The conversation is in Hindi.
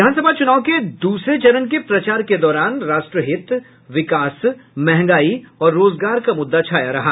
विधानसभा चुनाव के दूसरे चरण के प्रचार के दौरान राष्ट्रहित विकास मंहगाई और रोजगार का मुद्दा छाया रहा